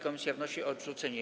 Komisja wnosi o jej odrzucenie.